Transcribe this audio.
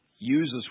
uses